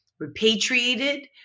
repatriated